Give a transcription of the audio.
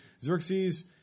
Xerxes